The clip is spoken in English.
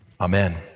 Amen